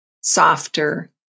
softer